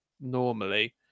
normally